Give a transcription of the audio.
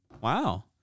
Wow